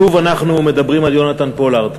שוב אנחנו מדברים על יונתן פולארד.